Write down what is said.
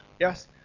Yes